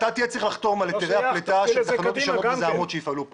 אתה תהיה צריך לחתום על היתרי הפליטה של תחנות ישנות מזהמות שיפעלו כאן.